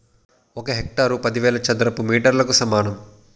ఒక హెక్టారు పదివేల చదరపు మీటర్లకు సమానం